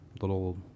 little